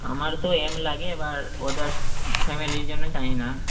আমার তো এম লাগে এবার ওদের ফ্যামিলির জন্য জানি না